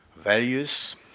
values